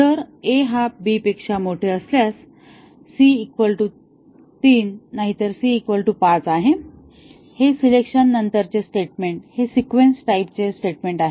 जर a हा b पेक्षा मोठे असल्यास c3 नाहीतर c5 आहे आणि हे सिलेक्शन नंतरचे स्टेटमेंट हे सिक्वेन्स टाईप चे स्टेटमेंट आहे